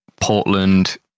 Portland